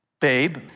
babe